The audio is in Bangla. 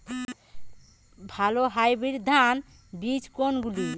ভালো হাইব্রিড ধান বীজ কোনগুলি?